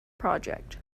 project